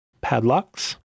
padlocks